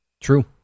true